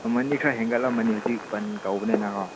ꯃꯃꯟꯗꯤ ꯈꯔ ꯍꯦꯟꯒꯠꯂꯝꯃꯅꯤ ꯍꯧꯖꯤꯛ ꯕꯟ ꯇꯧꯕꯅꯤꯅꯀꯣ